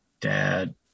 dad